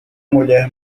mulher